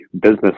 business